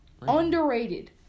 underrated